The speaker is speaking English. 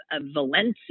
Valencia